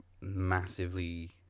massively